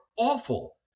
Awful